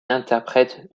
interprète